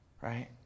Right